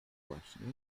właśnie